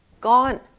Gone